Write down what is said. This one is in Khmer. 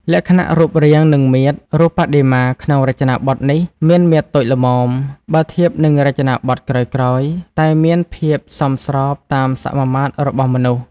លក្ខណៈរូបរាង និងមាឌ រូបបដិមាក្នុងរចនាបថនេះមាន មាឌតូចល្មម បើធៀបនឹងរចនាបថក្រោយៗ តែមានភាពសមស្របតាមសមាមាត្ររបស់មនុស្ស។